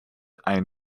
ein